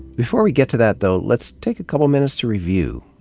before we get to that, though, let's take a couple of minutes to review.